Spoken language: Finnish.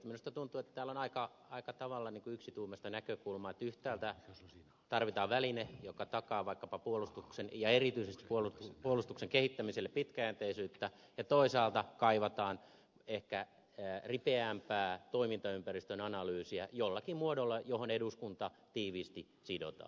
minusta tuntuu että täällä on aika tavalla yksituumaista näkökulmaa että yhtäältä tarvitaan väline joka takaa vaikkapa puolustuksen ja erityisesti puolustuksen kehittämiselle pitkäjänteisyyttä ja toisaalta kaivataan ehkä ripeämpää toimintaympäristön analyysia jollakin muodolla johon eduskunta tiiviisti sidotaan